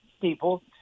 people